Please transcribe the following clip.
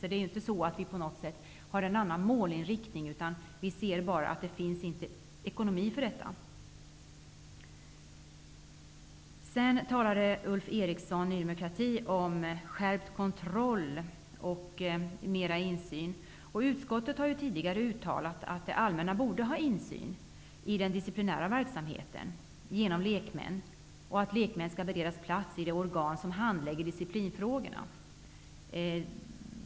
Vi har inte på något sätt en annan inriktning, utan vi konstaterar bara att det inte finns pengar för detta ändamål. Ulf Eriksson från Ny demokrati talade om skärpt kontroll och mer insyn. Utskottet har tidigare uttalat att det allmänna borde ha insyn i den disciplinära verksamheten genom lekmän och att lekmän skall beredas plats i de organ som handlägger disciplinfrågorna.